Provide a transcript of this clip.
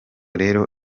rero